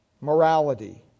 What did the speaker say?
Morality